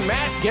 Matt